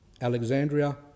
Alexandria